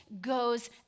goes